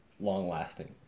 long-lasting